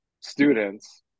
students